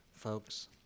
folks